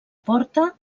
porta